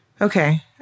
okay